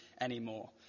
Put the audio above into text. anymore